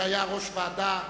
שהיה ראש ועדה,